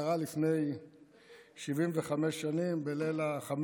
זה קרה לפני 75 שנים, בליל 15,